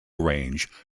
range